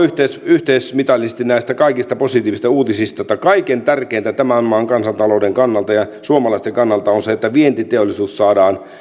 yhteismitallisesti näistä kaikista positiivisista uutisista että kaikkein tärkeintä tämän maan kansantalouden kannalta ja suomalaisten kannalta on se että vientiteollisuus saadaan